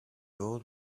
old